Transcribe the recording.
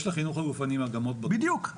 יש לחינוך הגופני מגמות --- בדיוק.